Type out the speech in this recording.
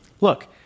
Look